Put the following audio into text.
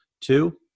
Two